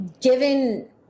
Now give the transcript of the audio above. given